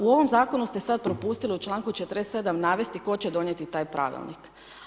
U ovom zakonu ste sad propustili u članku 47. navesti tko će donijeti taj pravilnik.